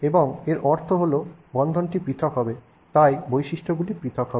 এবং এর অর্থ হল বন্ধনটি পৃথক হবে তাই বৈশিষ্ট্যগুলি পৃথক হবে